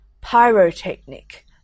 Pyrotechnic